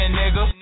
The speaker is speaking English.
nigga